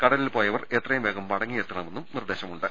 കടലിൽ പോയ വർ എത്രയും വേഗം മടങ്ങിയെത്തണമെന്നും നിർദ്ദേശമുണ്ട്